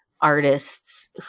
artists